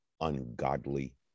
ungodly